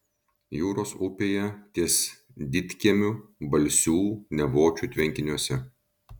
jūros upėje ties didkiemiu balsių nevočių tvenkiniuose